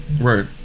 Right